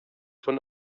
von